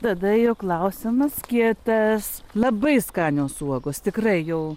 tada jau klausimas kietas labai skanios uogos tikrai jau